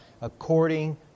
according